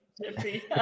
Jiffy